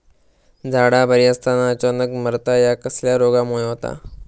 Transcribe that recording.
झाडा बरी असताना अचानक मरता हया कसल्या रोगामुळे होता?